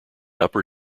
upper